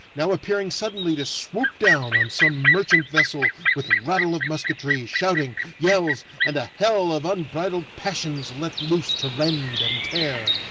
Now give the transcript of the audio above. now appearing suddenly to swoop down on some merchant vessel with rattle of musketry, shouting, yells, and a hell of unbridled passions let loose to rend and tear.